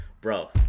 bro